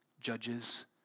judges